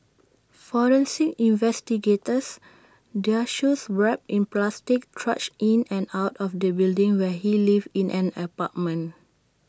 forensic investigators their shoes wrapped in plastic trudged in and out of the building where he lived in an apartment